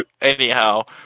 Anyhow